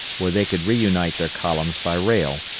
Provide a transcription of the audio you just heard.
where they could reunite their columns by rail,